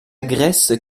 graisse